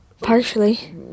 Partially